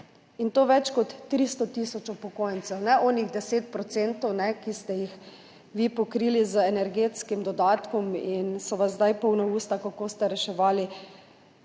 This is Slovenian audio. in to več kot 300 tisoč upokojencev, ne onih 10 %, ki ste jih vi pokrili z energetskim dodatkom in so vas zdaj polna usta, kako ste reševali